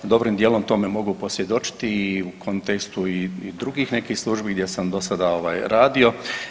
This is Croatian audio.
Dobrim dijelom tome mogu posvjedočiti i u kontekstu i drugih nekih službi gdje sam do sada radio.